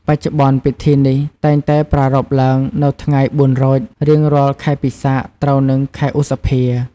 បច្ចុប្បន្នពិធីនេះតែងតែប្រារព្ធឡើងនៅថ្ងៃ ៤រោច រៀងរាល់ខែពិសាខ ត្រូវនឹងខែឧសភា។